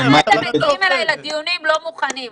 למה אתם מגיעים אלי לדיונים לא מוכנים?